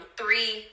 three